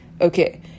okay